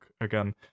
again